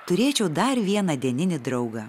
turėčiau dar vieną dieninį draugą